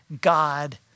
God